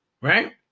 right